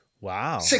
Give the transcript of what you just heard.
Wow